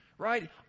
Right